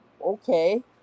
okay